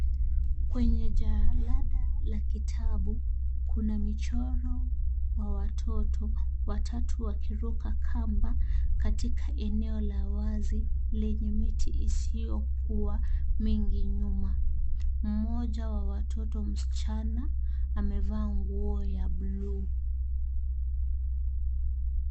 Kwenye jalada la kitabu kuna michoro wa watoto watatu wakiruka kamba katika eneo la wazi lenye miti isiyokuwa mingi mno mmoja wa watoto msichana amevaa nguo ya buluu.